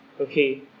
okay